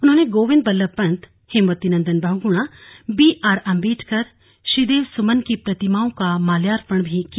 उन्होंने गोविंद बल्लभ पंत हेमवती नंदन बहुगुणा बीआर अंबेडकर श्रीदेव सुमन की प्रतिमाओं पर माल्यार्पण भी किया